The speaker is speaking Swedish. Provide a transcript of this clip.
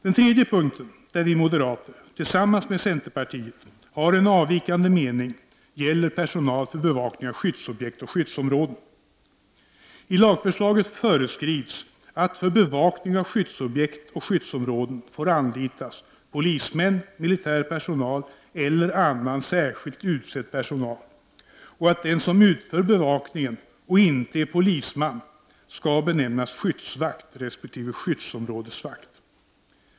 Den tredje punkten där vi moderater, tillsammans med centerpartiet, har en avvikande mening gäller personal för bevakning av skyddsobjekt och skyddsområden. I lagförslaget föreskrivs att för bevakning av skyddsobjekt och skyddsområden får anlitas polismän, militär personal eller annan särskilt utsedd personal och att den som utför bevakningen och inte är polisman skall benämnas skyddsvakt resp. skyddsområdesvakt.